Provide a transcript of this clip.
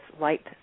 Light